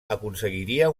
aconseguiria